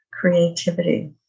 creativity